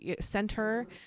center